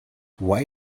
why